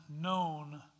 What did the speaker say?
known